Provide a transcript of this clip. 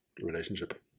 Relationship